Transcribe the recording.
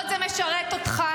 תתביישו לכם.